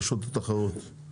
רשות התחרות.